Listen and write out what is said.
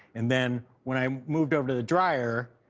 and then when i um moved over to the dryer,